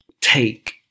take